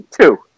two